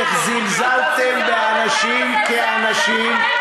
איך זלזלתם באנשים כאנשים.